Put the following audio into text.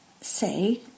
Say